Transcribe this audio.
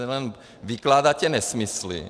Len vykládáte nesmysly.